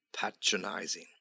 patronizing